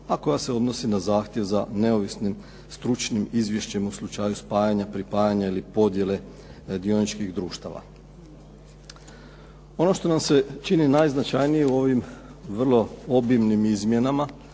a koja se odnosi na zahtjev za neovisnim, stručnim izvješćem u slučaju spajanja, pripajanja ili podjele dioničkih društava. Ono što nam se čini najznačajnije u ovim vrlo obimnim izmjenama